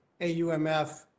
AUMF